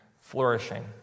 flourishing